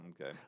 okay